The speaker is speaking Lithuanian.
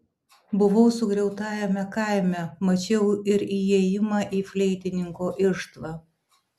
buvau sugriautajame kaime mačiau ir įėjimą į fleitininko irštvą